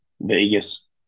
Vegas